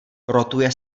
rotuje